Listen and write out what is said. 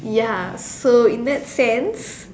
ya so in that sense